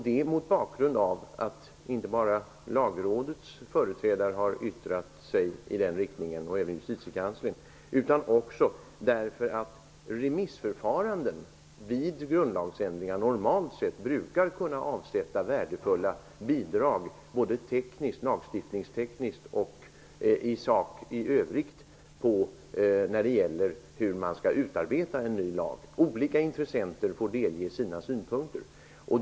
Vi anser det inte bara mot bakgrund av att Lagrådet och Justitiekanslern har yttrat sig, utan också därför att remissförfarandet vid grundlagsändringar normalt sett brukar kunna avsätta värdefulla bidrag både lagstiftningstekniskt och i sak i övrigt när det gäller hur man skall utarbeta en ny lag. Olika intressenter får delge sina synpunkter.